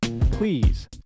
please